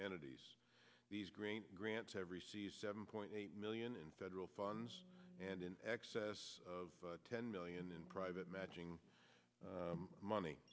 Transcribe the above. entities these green grants every seven point eight million in federal funds and in excess of ten million in private matching money